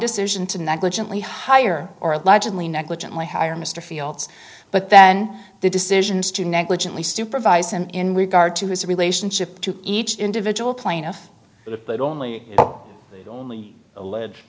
decision to negligently hire or allegedly negligently hire mr fields but then the decisions to negligently supervised him in regard to his relationship to each individual plaintiff but only only l